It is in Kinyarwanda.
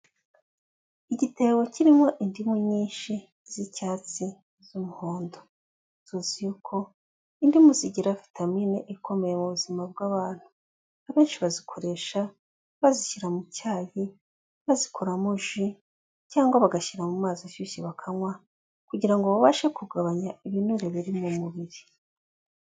Igitebo kirimo indimu nyinshi z'icyatsi, z'umuhondo, tuzi yuko indimu zigira vitamine ikomeye mu buzima bw'abantu. Abenshi bazikoresha bazishyira mu cyayi, bazikoramo ji, cyangwa bagashyira mu mazi ashyushye bakanywa, kugira ngo babashe kugabanya ibinure biri mu mubiri.